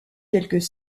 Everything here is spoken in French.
quelques